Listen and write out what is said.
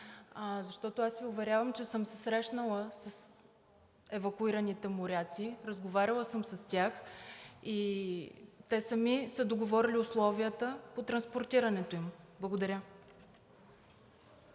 Защото аз Ви уверявам, че съм се срещнала с евакуираните моряци, разговаряла съм с тях и те сами са договорили условията по транспортирането им. Благодаря.